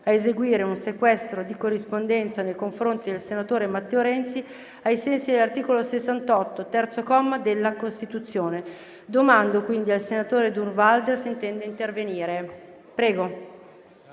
eseguire un sequestro di corrispondenza nei confronti del senatore Matteo Renzi, ai sensi dell'articolo 68, terzo comma, della Costituzione. Chiedo al relatore, senatore Durnwalder, se intende intervenire.